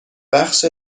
بخش